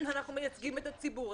אנחנו מייצגים את הציבור,